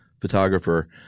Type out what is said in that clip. photographer